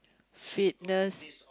fitness